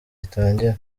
itangire